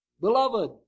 Beloved